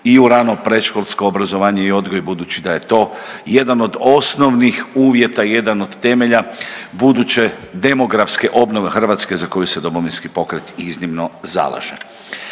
i u rano predškolsko obrazovanje i odgoj budući da je to jedan od osnovnih uvjeta, jedan od temelja buduće demografske obnove Hrvatske za koju se Domovinski pokret iznimno zalaže.